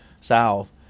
south